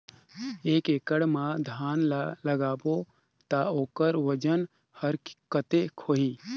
एक एकड़ मा धान ला लगाबो ता ओकर वजन हर कते होही?